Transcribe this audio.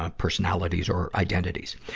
ah personalities or identities.